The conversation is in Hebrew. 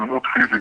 אלימות פיזית.